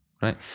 Right